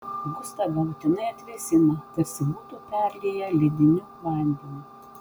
gustą galutinai atvėsina tarsi būtų perlieję lediniu vandeniu